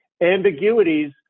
ambiguities